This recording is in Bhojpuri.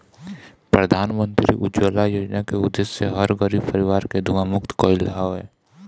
प्रधानमंत्री उज्ज्वला योजना के उद्देश्य हर गरीब परिवार के धुंआ मुक्त कईल हवे